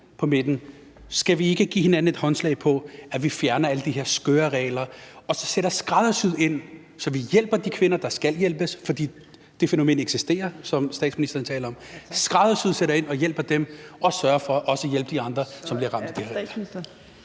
på midten, skal vi så ikke give hinanden et håndslag på, at vi fjerner alle de her skøre regler og så sætter ind, skræddersyet, så vi hjælper de kvinder, der skal hjælpes, for det fænomen, som statsministeren taler om, eksisterer, men altså sæter ind, skræddersyet, og hjælper dem og sørger for også at hjælpe de andre, som bliver ramt af